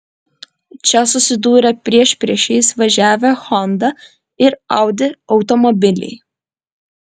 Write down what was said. čia susidūrė priešpriešiais važiavę honda ir audi automobiliai